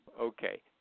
Okay